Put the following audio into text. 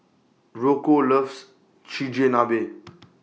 Rocco loves Chigenabe